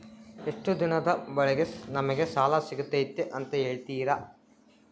ಎಷ್ಟು ದಿನದ ಒಳಗೆ ನಮಗೆ ಸಾಲ ಸಿಗ್ತೈತೆ ಅಂತ ಹೇಳ್ತೇರಾ?